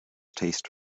taste